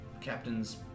Captain's